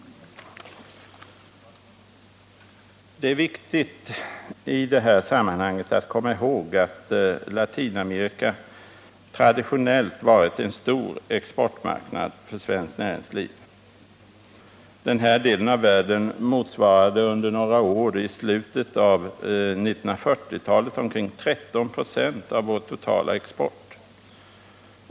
Det är i detta sammanhang viktigt att komma ihåg att Latinamerika traditionellt har varit en stor exportmarknad för svenskt näringsliv. Denna del av världen motsvarade under några år i slutet av 1940-talet omkring 13 96 av vår totala export.